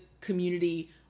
community